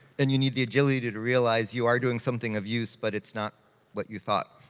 and you need the agility to to realize you are doing something of use, but it's not what you thought.